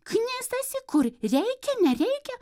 knisasi kur reikia nereikia